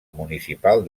municipal